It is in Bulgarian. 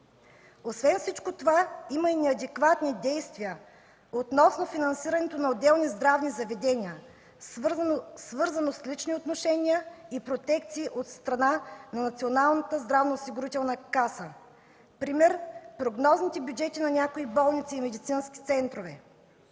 Освен всичко това има и неадекватни действия относно финансирането на отделни здравни заведения, свързано с лични отношения и протести от страна на Националната здравноосигурителна каса. Пример са прогнозните бюджети на някои болници и медицински центрове.